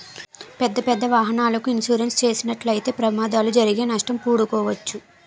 పెద్దపెద్ద వాహనాలకు ఇన్సూరెన్స్ చేసినట్లయితే ప్రమాదాలు జరిగితే నష్టం పూడ్చుకోవచ్చు